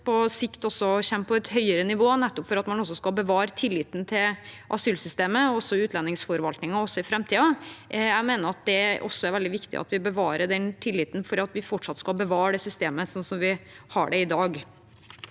på sikt kommer på et høyere nivå, nettopp for at man skal bevare tilliten til asylsystemet og utlendingsforvaltningen også i framtiden. Jeg mener det er veldig viktig at vi bevarer den tilliten for at vi fortsatt skal beholde systemet som vi har det i dag.